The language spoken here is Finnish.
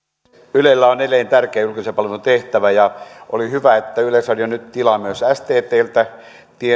ylellä on edelleen tärkeä julkisen palvelun tehtävä ja oli hyvä että yleisradio nyt tilaa myös sttltä